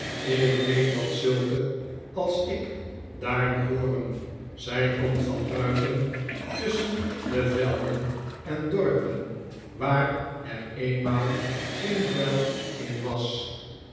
ik weet dat zulke als ik daar behooren zij komt van buiten tusschen velden en dorpen waar er eenmaal geen vuil in was